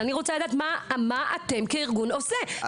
אבל אני רוצה לדעת מה אתם כארגון עושים.